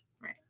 Right